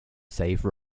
save